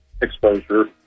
exposure